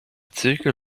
zirkel